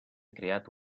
creat